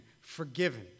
forgiven